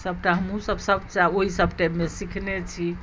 सभटा हमहूँसभ सभटा ओहिसभ टाइममे सिखने छी